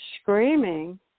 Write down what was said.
screaming